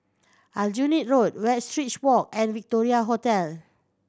Aljunied Road Westridge Walk and Victoria Hotel